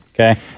Okay